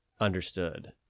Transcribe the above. understood